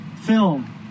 film